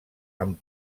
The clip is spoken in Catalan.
amb